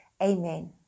Amen